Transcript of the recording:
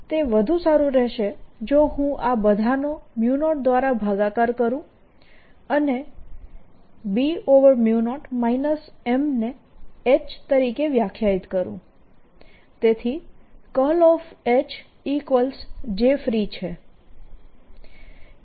તે વધુ સારું રહેશે જો હું બધાનો 0 દ્વારા ભાગાકાર કરું અને B0 M ને H તરીકે વ્યાખ્યાયિત કરૂ જેથી Hjfree છે